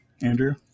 Andrew